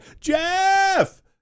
Jeff